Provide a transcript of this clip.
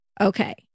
Okay